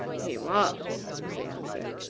he was, was the answer.